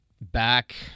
back